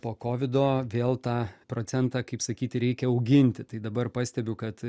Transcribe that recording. po kovido vėl tą procentą kaip sakyti reikia auginti tai dabar pastebiu kad